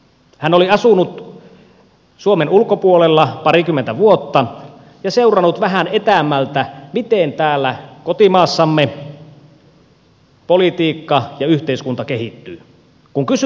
hän oli asunut suomen ulkopuolella parikymmentä vuotta ja seurannut vähän etäämmältä miten täällä kotimaassamme politiikka ja yhteiskunta kehittyvät